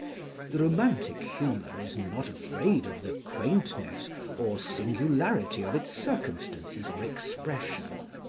the romantic humour is not afraid of the quaintness or singularity of its circumstances or expression,